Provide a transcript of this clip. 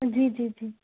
जी जी जी